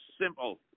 simple